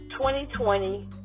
2020